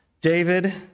David